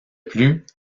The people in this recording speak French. plus